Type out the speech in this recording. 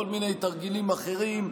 כל מיני תרגילים אחרים,